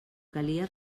calia